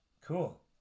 Cool